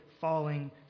falling